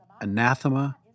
anathema